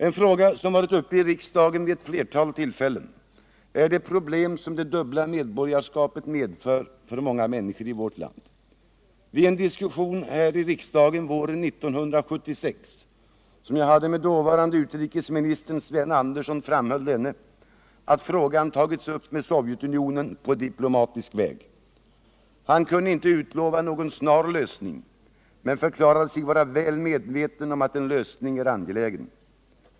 En fråga, som varit uppe i riksdagen vid ett flertal tillfällen, är de problem som det dubbla medborgarskapet medför för många människor i vårt land. Vid en diskussion här i riksdagen som jag hade våren 1976 med dåvarande utrikesministern Sven Andersson framhöll denne att frågan tagits upp med Sovjetunionen på diplomatisk väg. Han kunde inte utlova någon snar lösning men förklarade sig vara väl medveten om att en lösning är angelägen.